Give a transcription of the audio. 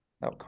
No